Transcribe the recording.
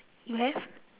you have